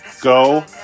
Go